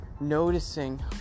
noticing